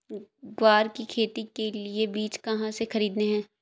ग्वार की खेती के लिए बीज कहाँ से खरीदने हैं?